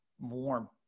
warm